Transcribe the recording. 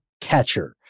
catcher